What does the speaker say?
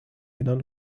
innern